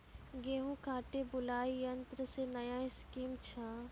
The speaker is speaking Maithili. गेहूँ काटे बुलाई यंत्र से नया स्कीम छ?